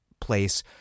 place